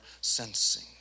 sensing